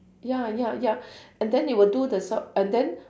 ya ya ya and then it will do the job and then